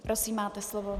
Prosím, máte slovo.